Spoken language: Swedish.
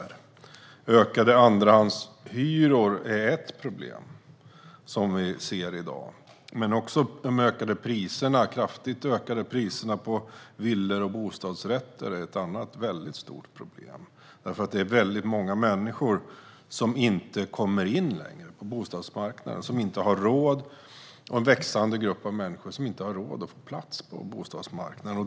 Olika andrahandshyror är ett av de problem som vi ser i dag men också de kraftigt ökade priserna på villor och bostadsrätter är ett väldigt stort problem, eftersom det är väldigt många människor som inte kommer in på bostadsmarknaden. Det är en växande grupp som inte har råd att ta plats på bostadsmarknaden.